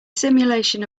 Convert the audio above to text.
simulation